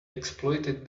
exploited